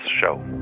Show